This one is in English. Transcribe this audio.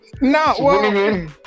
No